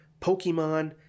Pokemon